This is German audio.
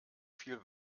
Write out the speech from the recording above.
viel